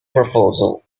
proposal